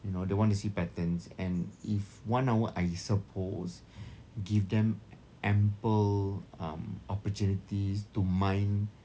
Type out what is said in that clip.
you know they want to see patterns and if one hour I suppose give them ample um opportunities to mine